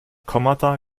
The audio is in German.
kommata